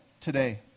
today